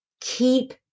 keep